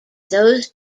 those